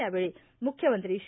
यावेळी मुख्यमंत्री श्री